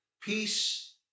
peace